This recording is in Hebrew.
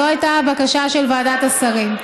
זו הייתה הבקשה של ועדת השרים.